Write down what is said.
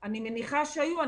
אני מניחה שהיו.